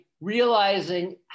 realizing